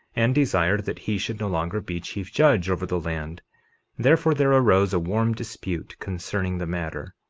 and desired that he should no longer be chief judge over the land therefore there arose a warm dispute concerning the matter,